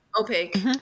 opaque